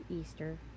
Easter